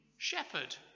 shepherd